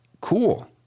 cool